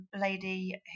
lady